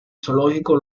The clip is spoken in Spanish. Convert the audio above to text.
zoológico